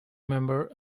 member